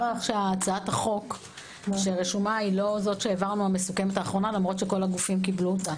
הצעת החוק שרשומה היא לא המסוכמת האחרונה למרות שכל הגופים קיבלו אותה.